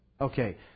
Okay